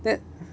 that